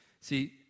See